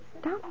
Stop